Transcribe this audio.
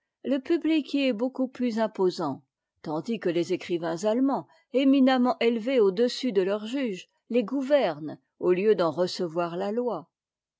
le puttie y est beaucoup plus imposant tandis que les écrivains anemands éminemment élevés au-dessus de leurs juges les gouvernent au lieu d'en recevoir la loi